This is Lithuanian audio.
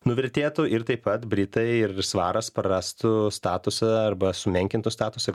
nuvertėtų ir taip pat britai ir svaras prarastų statusą arba sumenkintų statusą